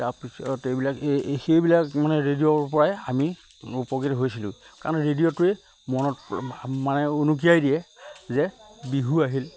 তাৰপিছত এইবিলাক এই সেইবিলাক মানে ৰেডিঅ'ৰ পৰাই আমি উপকৃত হৈছিলোঁ কাৰণ ৰেডিঅ'টোৱেই মনত মানে উনুকিয়াই দিয়ে যে বিহু আহিল